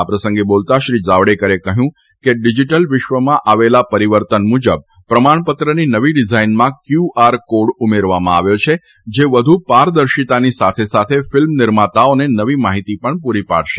આ પ્રસંગે બોલતા શ્રી જાવડેકરે જણાવ્યું હતું કે ડિજીટલ વિશ્વમાં આવેલા પરિવર્તન મુજબ પ્રમાણપત્રની નવી ડિઝાઇનમાં કથુ આર કોડ ઉમેરવામાં આવ્યો છે જે વધુ પારદર્શિતાની સાથે સાથે ફિલ્મ નિર્માતાઓને નવી માહિતી પણ પૂરી પાડશે